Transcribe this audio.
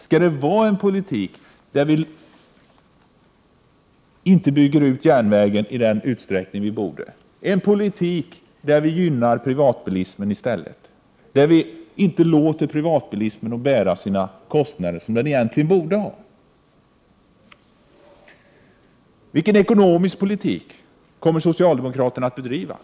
Skall det vara en politik där vi inte bygger ut järnvägen i den utsträckning vi borde, en politik där vi gynnar privatbilismen i stället och inte låter den bära sina kostnader som den egentligen borde? Vilken ekonomisk politik kommer socialdemokraterna att bedriva?